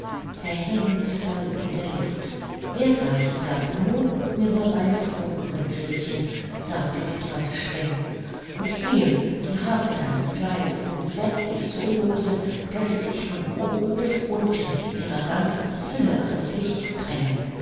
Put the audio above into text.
verhängnißvoll in der luft dergleichen darf nun und nimmer bei mir vorkommen gretchen sagte die tante streng und hier die haken deines kleides sind sämmtlich so lose daß sie sich von oben bis unten in ihrer ganzen fülle an das licht drängen